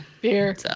Beer